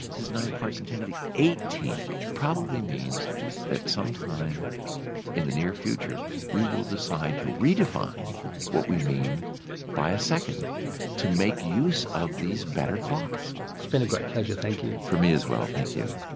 this is nine parts in ten eighteen. probably means that some time in the near future we will decide to redefine what we mean by a second to make use of these better clocks. it's been a great pleasure, thank you. for me as well, thank you.